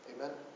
Amen